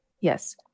yes